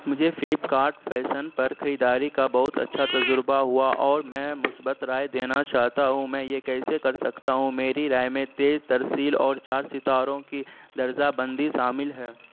مجھے فلپکارٹ فیشن پر خریداری کا بہت اچھا تجربہ ہوا اور میں مثبت رائے دینا چاہتا ہوں میں یہ کیسے کر سکتا ہوں میری رائے میں تیز ترسیل اور چار ستاروں کی درجہ بندی شامل ہے